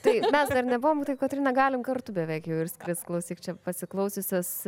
taip mes dar nebuvom tai kotryna galim kartu beveik jau ir skrist klausyk čia pasiklausiusios